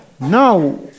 Now